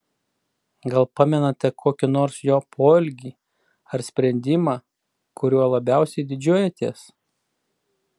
gal pamenate kokį nors jo poelgį ar sprendimą kuriuo labiausiai didžiuojatės